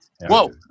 Whoa